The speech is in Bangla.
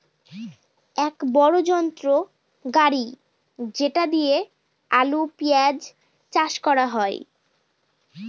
এক বড়ো যন্ত্র গাড়ি যেটা দিয়ে আলু, পেঁয়াজ চাষ করা হয়